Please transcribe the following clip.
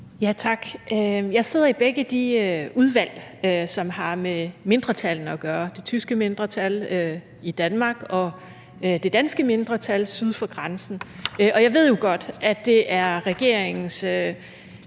Tak. Jeg sidder i begge de udvalg, som har med mindretallene at gøre, det tyske mindretal i Danmark og det danske mindretal syd for grænsen. Og jeg ved jo godt, at det er regeringens